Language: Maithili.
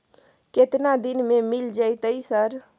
केतना दिन में मिल जयते सर?